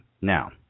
Now